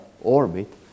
orbit